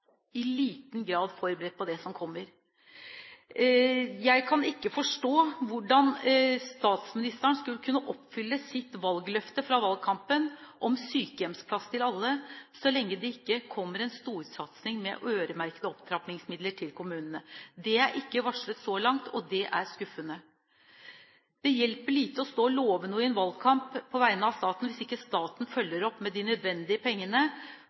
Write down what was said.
i liten grad forberedt på det som kommer. Jeg kan ikke forstå hvordan statsministeren skal kunne oppfylle sitt valgløfte fra valgkampen om sykehjemsplass til alle, så lenge det ikke kommer en storsatsing med øremerkede opptrappingsmidler til kommunene. Det er ikke varslet så langt, og det er skuffende. Det hjelper lite å stå og love noe i en valgkamp på vegne av staten, hvis ikke staten følger opp med de nødvendige pengene,